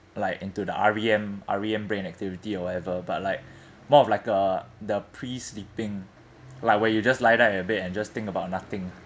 like into the R_E_M R_E_M brain activity or whatever but like more of like uh the pre-sleeping like where you just lie down at your bed and just think about nothing